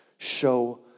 Show